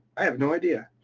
i have no idea.